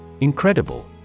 Incredible